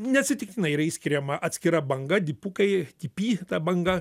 neatsitiktinai yra išskiriama atskira banga dipukai dp ta banga